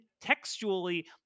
textually